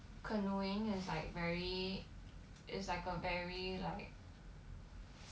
canoeing is like very is like a very like